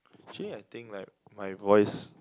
actually I think like my voice